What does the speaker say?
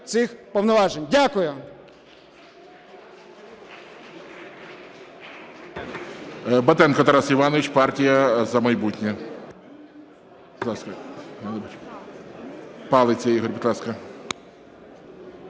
цих повноважень. Дякую.